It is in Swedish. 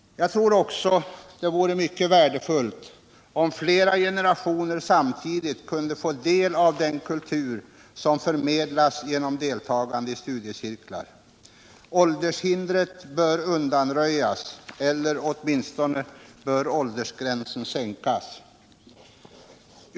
Jag tror också det vore mycket värdefullt om flera generationer samtidigt kunde få del av den kultur som förmedlas genom deltagande i studiecirklar. Åldershindret bör undanröjas eller åtminstone bör åldersgränsen sänkas.